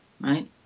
right